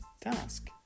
task